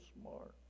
smart